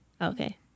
Okay